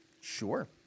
sure